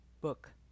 book